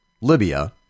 Libya